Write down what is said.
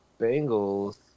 Bengals